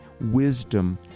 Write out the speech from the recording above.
wisdom